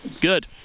Good